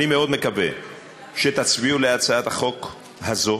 אני מאוד מקווה שתצביעו בעד הצעת החוק הזו,